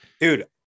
Dude